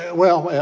well,